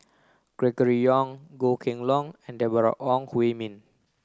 Gregory Yong Goh Kheng Long and Deborah Ong Hui Min